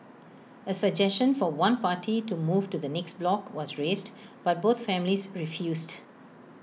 A suggestion for one party to move to the next block was raised but both families refused